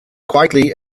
quietly